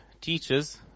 teachers